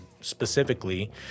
specifically